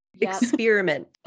Experiment